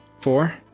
four